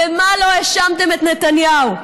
במה לא האשמתם את נתניהו?